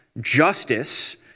justice